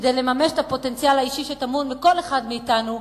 כדי לממש את הפוטנציאל האישי שטמון בכל אחד מאתנו: